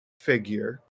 figure